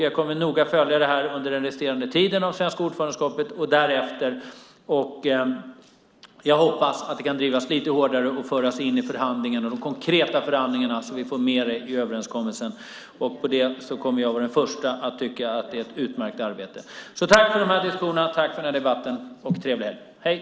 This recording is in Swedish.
Jag kommer att följa detta noga under den resterande tiden av det svenska ordförandeskapet och därefter. Jag hoppas att det kan drivas lite hårdare och föras in i de konkreta förhandlingarna så att vi får med det i överenskommelsen. Jag kommer att vara den första att tycka att det är ett utmärkt arbete. Tack för diskussionerna! Tack för debatten och trevlig helg!